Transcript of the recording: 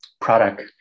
product